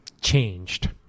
changed